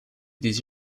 des